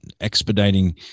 expediting